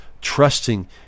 trusting